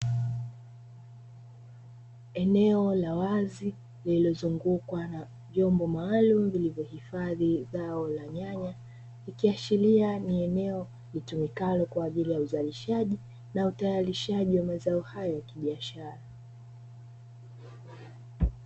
Eneo la wazi lililozungukwa na vyombo maalumu, vilivyohifadhi dawa za nyanya, ikiashiria ni eneo litumikalo kwa ajili ya uzalishaji na utayarishaji wa mazao hayo ya kibiashara.